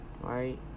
right